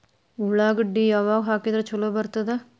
ಉಳ್ಳಾಗಡ್ಡಿ ಯಾವಾಗ ಹಾಕಿದ್ರ ಛಲೋ ಬರ್ತದ?